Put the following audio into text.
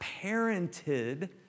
parented